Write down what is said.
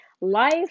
life